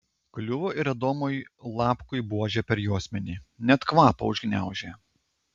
kliuvo ir adomui lapkui buože per juosmenį net kvapą užgniaužė